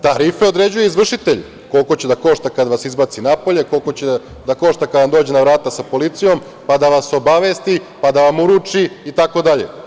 Tarife određuje izvršitelj, koliko će da košta kada vas izbaci napolje, koliko će da košta kada vam dođe na vrata sa policijom, pa da vas obavesti, pa da vam uruči i tako dalje.